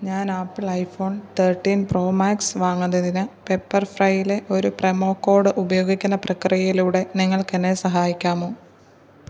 ഞാൻ Apple iPhone thirteen Pro Max വാങ്ങുന്നതിന് പെപ്പർ ഫ്രൈയിലെ ഒരു പ്രമോ കോഡ് ഉപയോഗിക്കുന്ന പ്രക്രിയയിലൂടെ നിങ്ങൾക്ക് എന്നെ സഹായിക്കാമോ